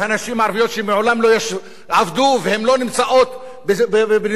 לא עבדו והן לא נמצאות בנתוני לשכת התעסוקה,